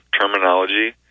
terminology